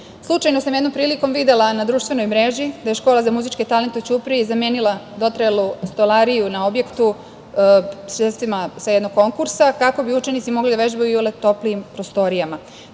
Londonu. Slučajno sam jednom prilikom videla na društvenoj mreži da je škola za muzičke talente u Ćupriji zamenila dotrajalu stolariju na objektu sredstvima sa jednog konkursa kako bi učenici mogli da vežbaju u toplijim prostorijama.